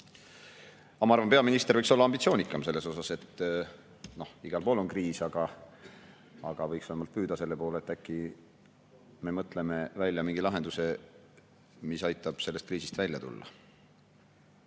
arvan, et peaminister võiks olla ambitsioonikam. Igal pool on kriis, aga võiks vähemalt püüda selle poole, et äkki me mõtleme välja mingi lahenduse, mis aitab sellest kriisist välja tulla. Üks